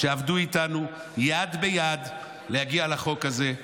שעבדו איתנו יד ביד להגיע לחוק הזה.